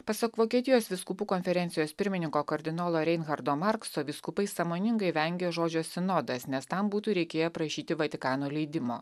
pasak vokietijos vyskupų konferencijos pirmininko kardinolo reinchardo markso vyskupai sąmoningai vengia žodžio sinodas nes tam būtų reikėję prašyti vatikano leidimo